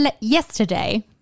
yesterday